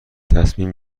تصمیم